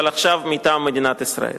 אבל עכשיו מטעם מדינת ישראל.